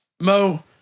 Mo